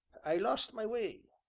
i lost my way.